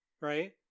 right